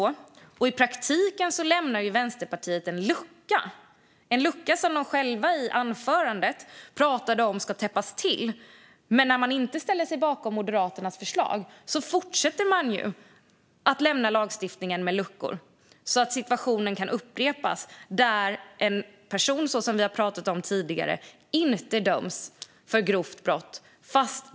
Det innebär i praktiken att Vänsterpartiet lämnar en lucka öppen, en lucka som man i anförandet sa skulle stängas. Men i och med att man inte ställer sig bakom Moderaternas förslag fortsätter man att lämna luckor i lagstiftningen. Då kan situationen upprepas där en person trots intentionen inte döms för grovt brott.